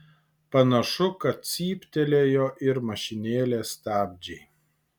panašu kad cyptelėjo ir mašinėlės stabdžiai